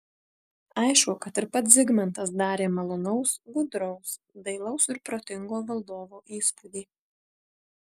aišku kad ir pats zigmantas darė malonaus gudraus dailaus ir protingo valdovo įspūdį